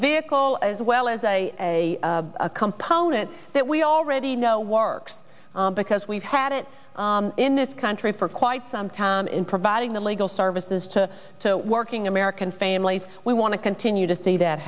vehicle as well as a component that we already know works because we've had it in this country for quite some time in providing the legal services to working american families we want to continue to see that